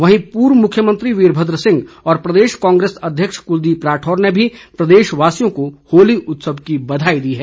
वहीं पूर्व मुख्यमंत्री वीरभद्र सिंह और प्रदेश कांग्रेस अध्यक्ष कुलदीप राठौर ने भी प्रदेशवासियों को होली उत्सव की बधाई दी है